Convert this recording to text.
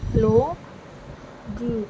hello جی